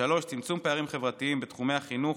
צמצום פערים חברתיים בתחומי החינוך,